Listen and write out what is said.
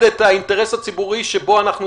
את האינטרס הציבורי שבו אנחנו דנים.